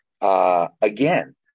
again